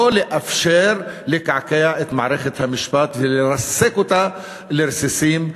לא לאפשר לקעקע את מערכת המשפט ולרסק אותה לרסיסים,